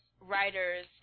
writers